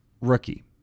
rookie